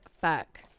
fuck